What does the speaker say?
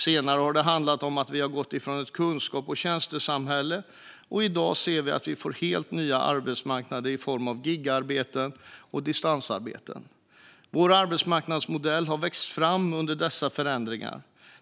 Senare har det handlat om att gå in i ett kunskaps och tjänstesamhälle, och i dag ser vi att vi får helt nya arbetsmarknader med gigarbeten och distansarbeten. Vår arbetsmarknadsmodell har vuxit fram under dessa förändringar.